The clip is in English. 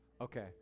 Okay